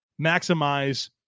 maximize